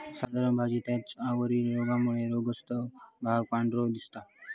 साधारण भाजी त्याच्या वरील रोगामुळे रोगग्रस्त भाग पांढरो दिसता